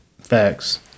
facts